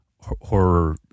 horror